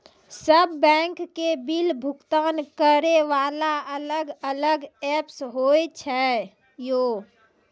सब बैंक के बिल भुगतान करे वाला अलग अलग ऐप्स होय छै यो?